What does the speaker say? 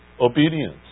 obedience